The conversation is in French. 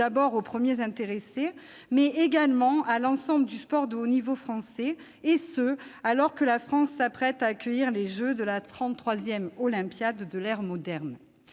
d'abord, pour les premiers intéressés, mais également pour l'ensemble du sport de haut niveau français, et ce alors que la France s'apprête à accueillir les Jeux de la trente-troisième olympiade de l'ère moderne.